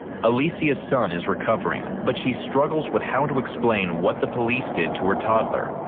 alecia's son is recovering, but she struggles with how to explain what the police did to her toddler.